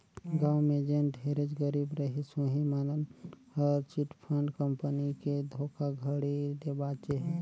गाँव में जेन ढेरेच गरीब रहिस उहीं मन हर चिटफंड कंपनी के धोखाघड़ी ले बाचे हे